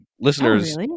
listeners